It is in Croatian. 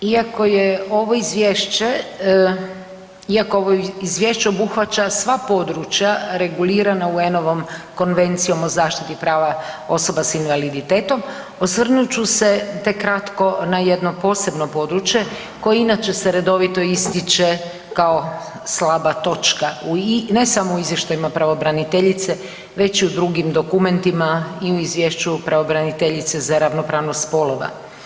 Iako ovo izvješće obuhvaća sva područja regulirana UN-ovom konvencijom o zaštiti prava osoba s invaliditetom, osvrnut ću se tek kratko na jedno posebno područje koje inače se redovito ističe kao slaba točka, ne samo u izvještajima pravobraniteljice već i u drugim dokumentima i u izvješću pravobraniteljice za ravnopravnost spolova.